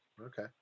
Okay